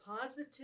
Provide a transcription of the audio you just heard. positive